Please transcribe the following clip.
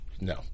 No